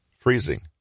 Freezing